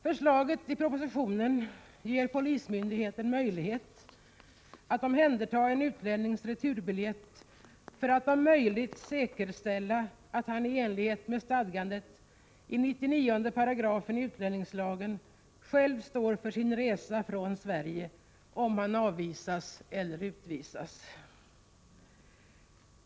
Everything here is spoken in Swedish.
Förslaget i propositionen ger polismyndigheten möjlighet att omhänderta en utlännings returbiljett för att om möjligt säkerställa att han i enlighet med stadgandet i 99 § i utlänningslagen själv står för sin resa från Sverige om han avvisas eller utvisas.